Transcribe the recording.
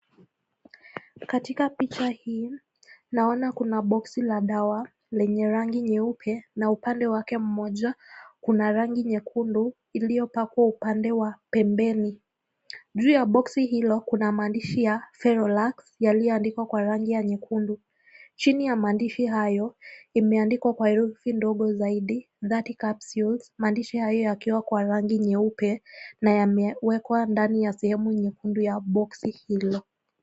Katika picha hii naona Kuna boxi la dawa lenye rangi nyeupe, na upande wake mmoja kuna rangi nyekundu iliyo pakwa upande wa pembeni. Juu ya boxi hilo Kuna meandikwa Ferolux yaliondikwa kwa rangi ya nyekundu. Chini ya maandishi hayo imeandikwa kwa herufi madogo saidi 30 capsules maandishi hayo yakiwa kwa rangi nyeupe na yamewekwa ndani ya sehemu nyekundu ya boxi .